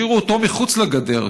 השאירו אותו מחוץ לגדר,